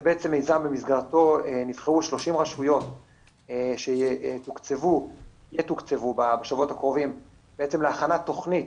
זה מיזם במסגרתו נבחרו 30 רשויות שיתוקצבו בשבועות הקרובים להכנת תכנית